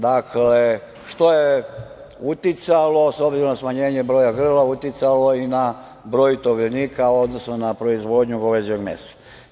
Dakle, to je uticalo, s obzirom na smanjenje broja grla, na broj tovljenika, odnosno na proizvodnju goveđeg mesa.